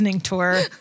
tour